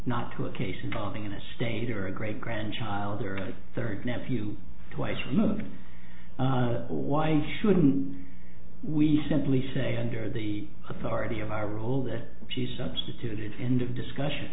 not to a case involving a state or a great grandchild or third nephew twice removed why shouldn't we simply say under the authority of our rule that she substituted end of discussion